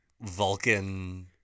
Vulcan